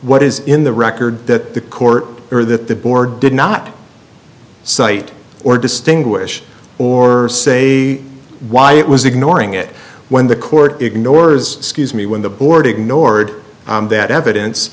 what is in the record that the court or that the board did not cite or distinguish or say why it was ignoring it when the court ignores scuse me when the board ignored that evidence